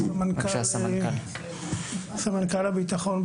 סמנכ"ל הביטחון,